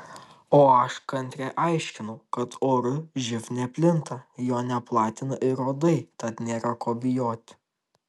o aš kantriai aiškinau kad oru živ neplinta jo neplatina ir uodai tad nėra ko bijoti